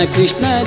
Krishna